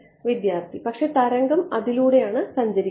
വിദ്യാർത്ഥി പക്ഷേ തരംഗം അതിലാണ് സഞ്ചരിക്കുന്നത്